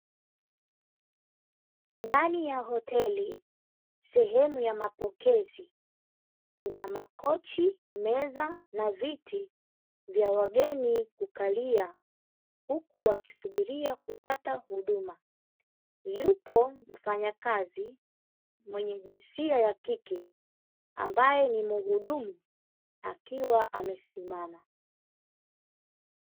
Ndani ya hoteli sehemu ya mapokezi; kuna makochi, meza na viti vya wageni kukalia huku wakisubiria kupata huduma. Yupo mfanyakazi mwenye jinsia ya kike ambaye ni mhudumu akiwa amesimama.